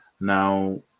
Now